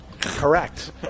Correct